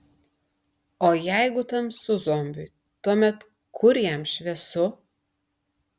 o jeigu tamsu zombiui tuomet kur jam šviesu